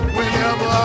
Whenever